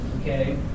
okay